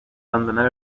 abandonar